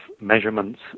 measurements